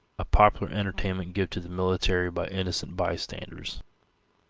a popular entertainment given to the military by innocent bystanders.